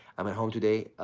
i'm at home today.